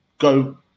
go